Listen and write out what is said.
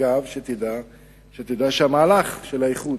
אגב, שתדע שהמהלך של האיחוד,